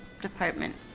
department